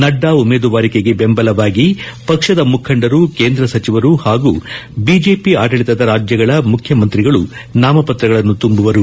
ನಡ್ಲಾ ಉಮೇದುವಾರಿಕೆಗೆ ಬೆಂಬಲವಾಗಿ ಪಕ್ಷದ ಮುಖಂಡರು ಕೇಂದ್ರ ಸಚಿವರು ಹಾಗೂ ಬಿಜೆಪಿ ಆಡಳಿತದ ರಾಜ್ಯಗಳ ಮುಖ್ಯಮಂತ್ರಿಗಳು ನಾಮಪತ್ರಗಳನ್ನು ತುಂಬುವರು